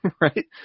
right